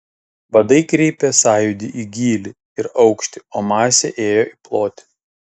vadai kreipė sąjūdį į gylį ir aukštį o masė ėjo į plotį